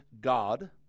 God